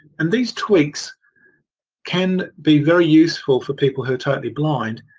and these tweaks can be very useful for people who are totally blind.